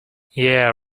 yeah